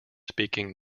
speaking